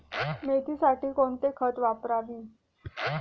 मेथीसाठी कोणती खते वापरावी?